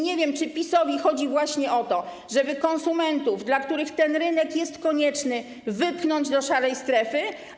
Nie wiem, czy PiS-owi chodzi właśnie o to, żeby konsumentów, dla których ten rynek jest konieczny, wypchnąć do szarej strefy?